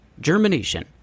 germination